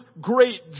great